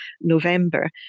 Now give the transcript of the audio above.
November